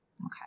Okay